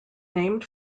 named